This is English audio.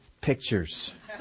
pictures